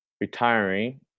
retiring